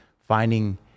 finding